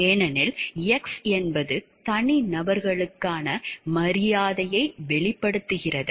ஏனெனில் X என்பது தனிநபர்களுக்கான மரியாதையை வெளிப்படுத்துகிறது